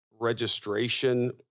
registration